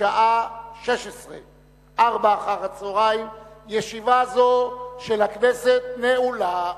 בשעה 16:00. ישיבה זו של הכנסת נעולה.